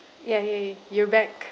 ya ya ya you're back